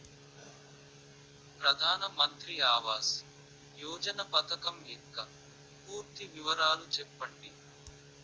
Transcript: ప్రధాన మంత్రి ఆవాస్ యోజన పథకం యెక్క పూర్తి వివరాలు చెప్పండి?